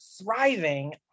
thriving